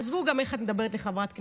עזבו גם איך היא מדברת על חברת כנסת,